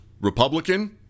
Republican